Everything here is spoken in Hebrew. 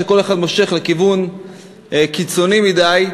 כשכל אחד מושך לכיוון קיצוני מדי,